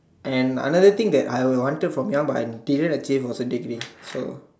and another thing that I would wanted from young but didn't achieve was take this so